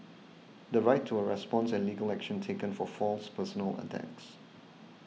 the right to a response and legal action taken for false personal attacks